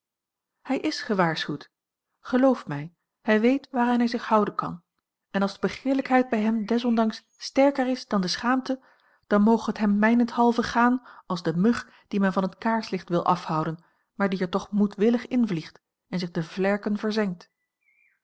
hij is gewaarschuwd geloof mij hij weet waaraan hij zich houden kan en als de begeerlijkheid bij hem desondanks sterker is dan de schaamte dan moge het hem mijnenthalve gaan als de mug die men van het kaarslicht wil afhouden maar die er toch moedwillig in vliegt en zich de vlerken verzengt